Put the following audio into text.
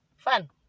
fun